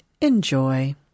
Enjoy